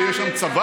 שיש שם צבא?